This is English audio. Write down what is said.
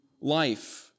life